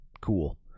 cool